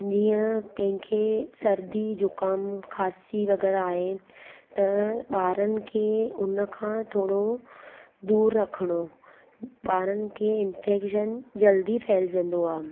जीअं कंहिंखे सर्दी जुकाम ख़ासी वग़ैरह आहे त ॿारनि खे उनखां थोरो दूर रखणो ॿारनि खे इंफेक्शन जल्दी फैलजंदो आहे